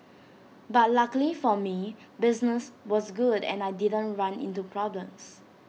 but luckily for me business was good and I didn't run into problems